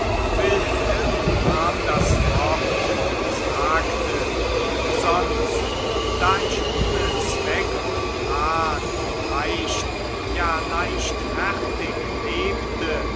wilhelm nahm das wort und sagte sonst da ich ohne zweck und plan leicht ja leichtfertig lebte